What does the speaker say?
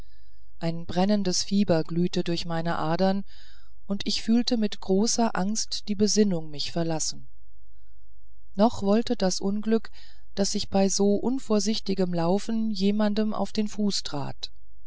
ein brennendes fieber glühte durch meine adern ich fühlte mit großer angst die besinnung mich verlassen noch wollte das unglück daß ich bei so unvorsichtigem laufen jemanden auf den fuß trat